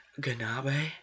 Ganabe